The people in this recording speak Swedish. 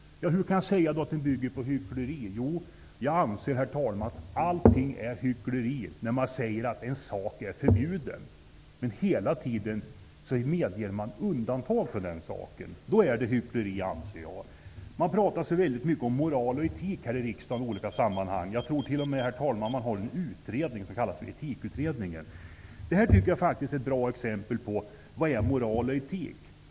Hur kan jag säga att den bygger på hyckleri? Jo, jag anser, herr talman, att allting är hyckleri när man säger att en sak är förbjuden men hela tiden medger undantag från den saken. Då är det hyckleri, anser jag. Man pratar så väldigt mycket om moral och etik här i riksdagen i olika sammanhang. Jag tror t.o.m. att det pågår en utredning som kallas för Etikutredningen. Det här tycker jag faktiskt är ett bra exempel på vad moral och etik är.